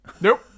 Nope